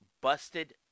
Busted